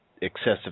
excessive